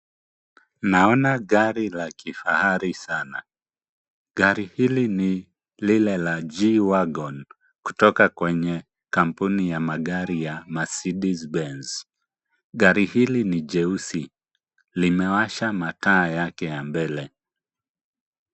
Naona gari la kifahari sana. Gari hili ni lile la G-wagon kutoka kwenye kampuni ya magari ya Mercedes benz. Gari hili ni jeusi. Limewasha mataa yake ya mbele.